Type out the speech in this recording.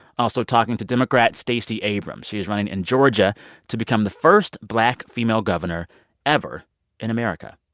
also talking to democrat stacey abrams she is running in georgia to become the first black female governor ever in america.